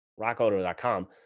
rockauto.com